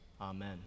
Amen